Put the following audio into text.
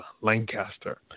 Lancaster